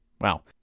wow